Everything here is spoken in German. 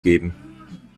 geben